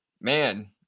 Man